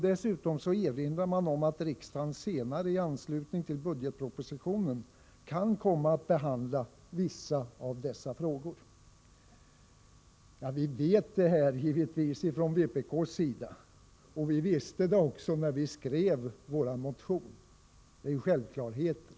Dessutom erinrar man om att riksdagen senare i anslutning till budgetpropositionen kan komma att behandla vissa av dessa frågor. Vi från vpk vet detta, och visste det även då vi skrev vår motion. Det är ju självklarheter.